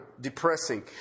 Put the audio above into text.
depressing